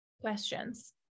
questions